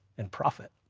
and profit.